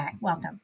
Welcome